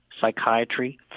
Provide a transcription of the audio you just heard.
psychiatry